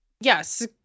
Yes